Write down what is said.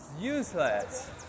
useless